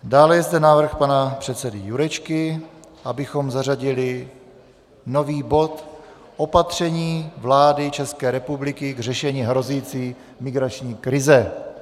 Dále je zde návrh pana předsedy Jurečky, abychom zařadili nový bod Opatření vlády České republiky k řešení hrozící migrační krize.